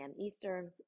Eastern